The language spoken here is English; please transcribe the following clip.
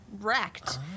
wrecked